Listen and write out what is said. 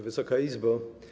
Wysoka Izbo!